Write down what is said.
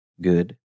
good